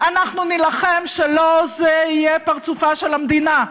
אנחנו נילחם שלא זה יהיה פרצופה של המדינה.